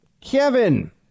Kevin